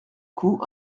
coup